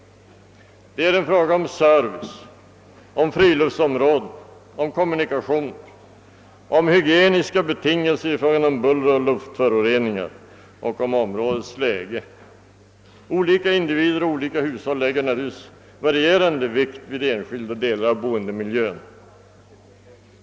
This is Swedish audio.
Det är en fråga om service, om friluftsområden, om kommunikationer, om hygieniska betingelser beträffande buller och luftföroreningar samt om områdets läge. Olika individer och olika hushåll lägger naturligtvis varierande vikt vid enskilda delar av boendemiljön.